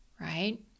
right